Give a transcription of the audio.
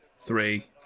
three